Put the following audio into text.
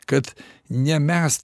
kad ne mes